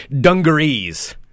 Dungarees